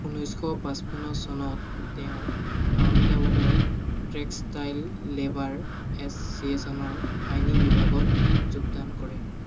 ঊনৈছশ পাঁচপন্ন চনত তেওঁ আহমেদাবাদৰ টেক্সটাইল লেবাৰ এচ'ছিয়েচনৰ আইনী বিভাগত যোগদান কৰে